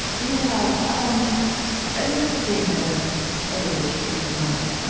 yeah. um i remember being at ah at a retreat once.